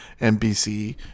NBC